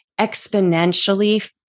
exponentially